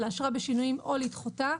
לאשרה בשינויים או לדחותה,